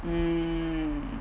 mm